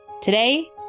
Today